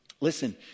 listen